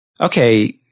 okay